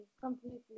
completely